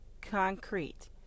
concrete